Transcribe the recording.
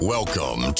Welcome